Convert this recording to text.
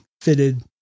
fitted